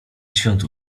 świąt